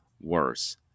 worse